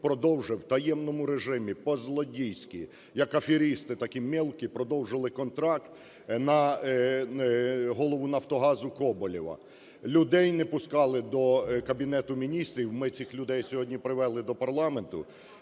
продовжив в таємному режимі, по-злодійськи, як аферисти такі мєлкі, продовжили контракт на голову "Нафтогазу" Коболєва. Людей не пускали до Кабінету Міністрів. Ми цих людей сьогодні привели до парламенту,